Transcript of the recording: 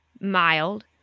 mild